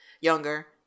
younger